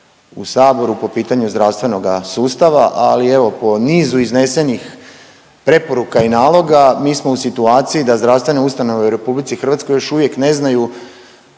u saboru po pitanju zdravstvenoga sustava ali evo po nizu iznesenih preporuka i naloga mi smo u situaciji da zdravstvene ustanove u RH još uvijek ne znaju